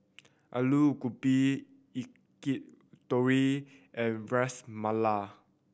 Alu Gobi Yakitori and Ras Malai